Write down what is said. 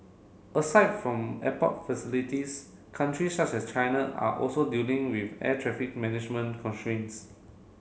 aside from airport facilities country such as China are also dealing with air traffic management constraints